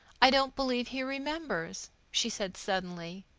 i don't believe he remembers, she said suddenly.